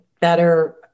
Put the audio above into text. better